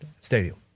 stadium